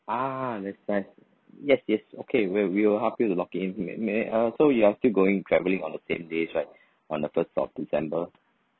ah that's nice yes yes okay we'll we'll help you to lock it in may may uh so you are still going travelling on the same days right on the first of december